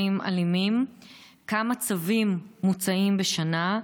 אלימים: 1. כמה צווים מוצאים בשנה?